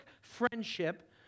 friendship